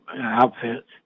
outfits